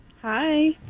Hi